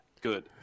good